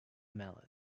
mallet